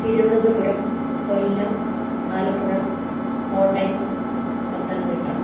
Thiruvananthapuram Kollam Alappuzha Kottayam Pathanamthitta